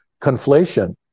conflation